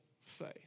faith